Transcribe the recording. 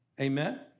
Amen